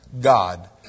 god